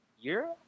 year